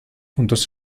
juntos